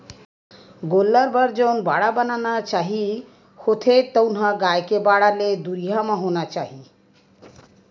गोल्लर बर जउन बाड़ा बनाना चाही होथे तउन ह गाय के बाड़ा ले दुरिहा म होना चाही